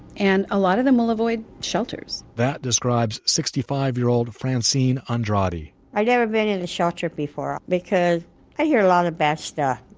and a lot of them will avoid shelters. that describes sixty five year old francine and andrade. i never been in a shelter before, because i hear a lot of bad stuff,